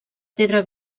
pedra